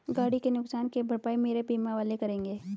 गाड़ी के नुकसान की भरपाई मेरे बीमा वाले करेंगे